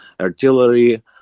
artillery